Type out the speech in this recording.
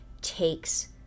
takes